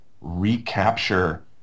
recapture